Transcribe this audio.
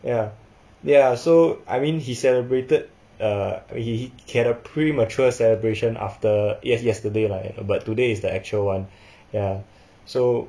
ya ya so I mean he celebrated uh he he had a premature celebration after yes~ yesterday lah but today is the actual one ya so